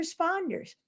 responders